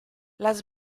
las